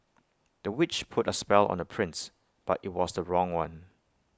the witch put A spell on the prince but IT was the wrong one